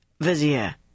Vizier